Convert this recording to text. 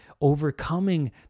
overcoming